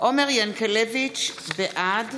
בעד